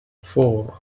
four